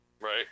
Right